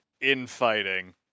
infighting